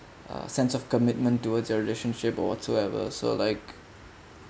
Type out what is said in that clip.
uh sense of commitment towards your relationship or whatsoever so like